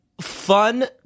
fun